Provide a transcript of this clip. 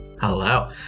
Hello